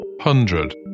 hundred